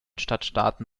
stadtstaaten